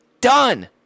done